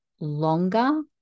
longer